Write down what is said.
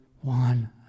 one